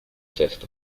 fifth